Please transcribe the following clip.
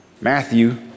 Matthew